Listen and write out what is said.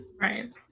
right